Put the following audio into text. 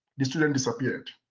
the student disappeared.